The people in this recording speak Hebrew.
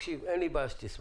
אין לי בעיה שתשמח,